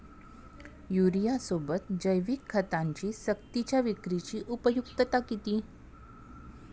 युरियासोबत जैविक खतांची सक्तीच्या विक्रीची उपयुक्तता किती?